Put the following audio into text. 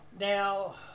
now